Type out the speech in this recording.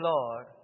Lord